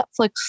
Netflix